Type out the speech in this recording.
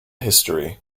history